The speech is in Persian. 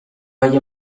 اگه